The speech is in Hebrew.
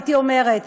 הייתי אומרת.